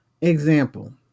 Example